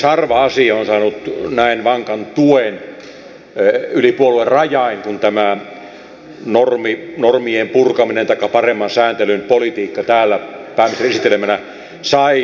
harva asia on saanut näin vankan tuen yli puoluerajain kuin tämä normien purkaminen taikka paremman sääntelyn politiikka täällä pääministerin esittelemänä sai